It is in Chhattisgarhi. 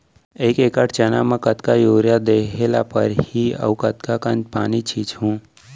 एक एकड़ चना म कतका यूरिया देहे ल परहि अऊ कतका कन पानी छींचहुं?